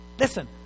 Listen